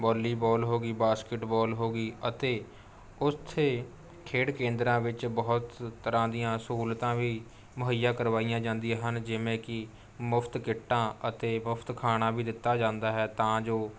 ਵਾਲੀਵਾਲ ਹੋ ਗਈ ਬਾਸਕਟਬਾਲ ਹੋ ਗਈ ਅਤੇ ਉੱਥੇ ਖੇਡ ਕੇਂਦਰਾਂ ਵਿੱਚ ਬਹੁਤ ਤਰ੍ਹਾਂ ਦੀਆਂ ਸਹੂਲਤਾਂ ਵੀ ਮੁਹੱਈਆ ਕਰਵਾਈਆਂ ਜਾਦੀਆਂ ਹਨ ਜਿਵੇਂ ਕਿ ਮੁਫ਼ਤ ਕਿੱਟਾਂ ਅਤੇ ਮੁਫ਼ਤ ਖਾਣਾ ਵੀ ਦਿੱਤਾ ਜਾਂਦਾ ਹੈ ਤਾਂ ਜੋ